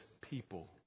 people